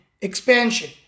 expansion